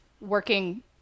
working